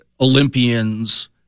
Olympians